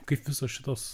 kaip visos šitos